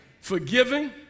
Forgiving